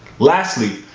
lastly,